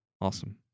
Awesome